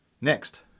Next